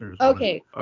Okay